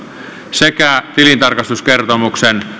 sekä tilintarkastuskertomuksen